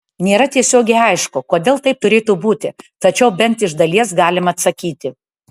nėra tiesiogiai aišku kodėl taip turėtų būti tačiau bent iš dalies galima atsakyti